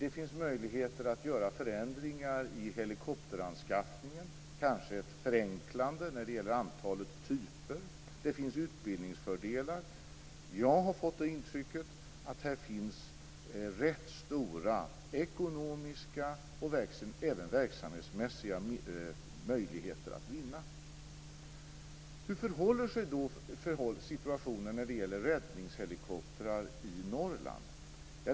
Det finns möjligheter att göra förändringar i helikopteranskaffningen - kanske en förenkling när det gäller antalet typer. Det finns utbildningsfördelar. Jag har fått intrycket att det finns rätt stora ekonomiska och även verksamhetsmässiga vinster att göra. Hur är då situationen när det gäller räddningshelikoptrar i Norrland?